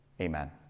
Amen